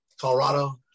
Colorado